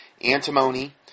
Antimony